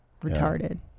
retarded